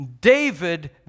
David